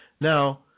Now